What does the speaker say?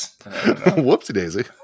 Whoopsie-daisy